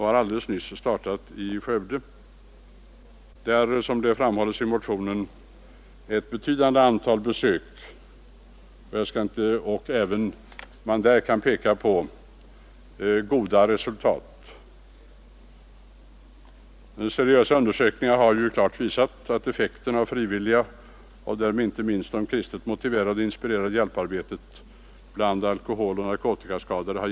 Helt nyligen har man också startat verksamheten i Skövde med ett stort antal besök och mycket goda resultat. Seriösa undersökningar har klart visat effekten av det frivilliga, och därvid inte minst det kristet motiverade och inspirerade hjälparbetet bland alkoholoch narkotikaskadade.